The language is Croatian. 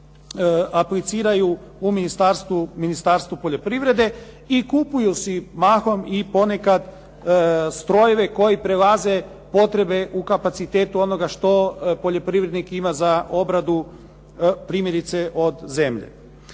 apliciraju u Ministarstvu poljoprivrede i kupuju si mahom i ponekad strojeve koji prelaze potrebe u kapacitetu onoga što poljoprivrednik ima za obradu primjerice od zemlje.